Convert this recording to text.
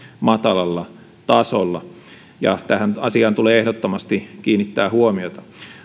matalalla tasolla tähän asiaan tulee ehdottomasti kiinnittää huomiota